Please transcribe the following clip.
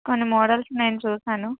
కొన్ని మోడల్స్ నేను చూసాను